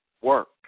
work